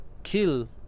kill